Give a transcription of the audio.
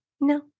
No